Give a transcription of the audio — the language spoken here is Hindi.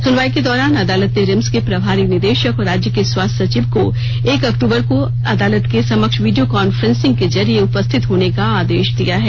सुनवाई के दौरान अदालत ने रिम्स के प्रभारी निदेशक राज्य के स्वास्थ्य सचिव को एक अक्टूबर को अदालत के समक्ष वीडियो कॉन्फ्रेंसिंग के जरिए उपस्थित होने का आदेश दिया हैं